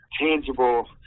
tangible